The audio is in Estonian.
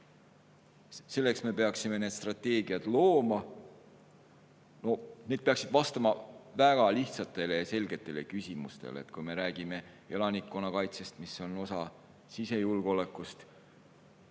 Me peaksime need strateegiad looma. Need peaksid vastama väga lihtsatele ja selgetele küsimustele. Kui me räägime elanikkonnakaitsest, mis on osa sisejulgeolekust,